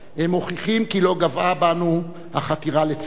הם מוכיחים כי לא גוועה בנו החתירה לצדק.